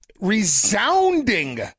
resounding